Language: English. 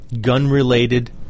gun-related